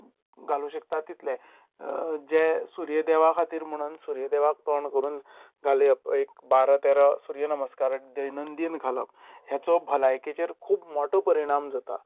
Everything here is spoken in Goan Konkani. घातूंक शकतात तितले जे सुर्य देवा खातीर म्हणन सुर्य देवाक तोंड करुन घालया एक बारा तेरा सुर्य नमस्कार दैनंदीन घालप हेचो भलायकेचेर खूब मोठो परिणाम जाता